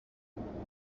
country